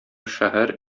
шәһәр